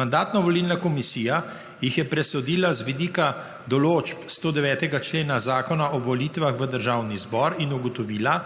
Mandatno-volilna komisija jih je presodila z vidika določb 109. člena Zakona o volitvah v državni zbor in ugotovila,